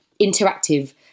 interactive